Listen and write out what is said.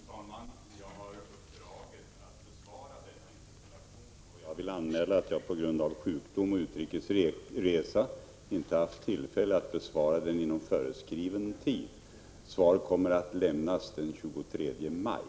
Fru talman! Jag har uppdraget att besvara här ifrågavarande interpellation, och jag vill anmäla att jag på grund av sjukdom och utrikes resa inte haft tillfälle att besvara interpellationen inom föreskriven tid. Svar kommer att lämnas den 23 maj.